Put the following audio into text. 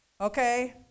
okay